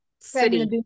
city